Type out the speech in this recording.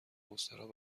مستراح